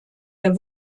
der